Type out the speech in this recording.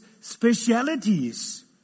specialities